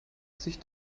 sich